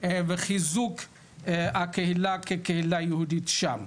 וחיזוק הקהילה היהודית שם.